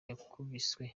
yakubiswe